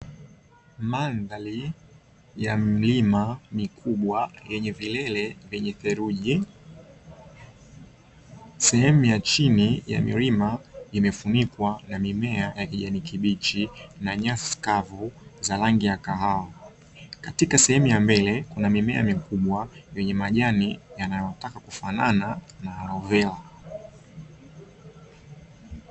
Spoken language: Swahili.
Mandhari ya milima mikubwa yenye vilele vyenye theluji. Sehemu ya chini ya milima imefunikwa na mimea ya kijani kibichi na nyasi kavu za rangi ya kahawa. Katika sehemu ya mbele kuna mimea mikubwa yenye majani yanayotaka kufanana na aloevera.